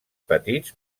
petits